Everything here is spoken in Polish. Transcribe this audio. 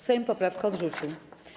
Sejm poprawkę odrzucił.